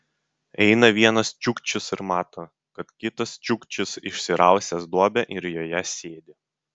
eina vienas čiukčis ir mato kad kitas čiukčis išsirausęs duobę ir joje sėdi